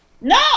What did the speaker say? No